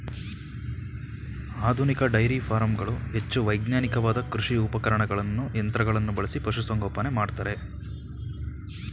ಆಧುನಿಕ ಡೈರಿ ಫಾರಂಗಳು ಹೆಚ್ಚು ವೈಜ್ಞಾನಿಕವಾದ ಕೃಷಿ ಉಪಕರಣಗಳನ್ನು ಯಂತ್ರಗಳನ್ನು ಬಳಸಿ ಪಶುಸಂಗೋಪನೆ ಮಾಡ್ತರೆ